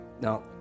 Now